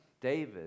David